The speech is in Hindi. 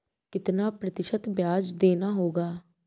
कितना प्रतिशत ब्याज देना होगा?